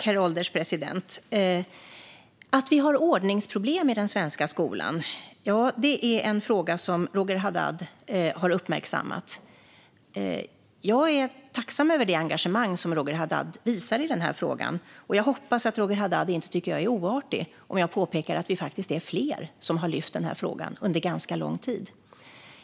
Herr ålderspresident! Att vi har ordningsproblem i den svenska skolan är en fråga som Roger Haddad har uppmärksammat. Jag är tacksam över det engagemang som Roger Haddad visar i den här frågan. Jag hoppas att Roger Haddad inte tycker att jag är oartig om jag påpekar att vi faktiskt är fler som har lyft fram den frågan under ganska lång tid.